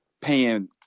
paying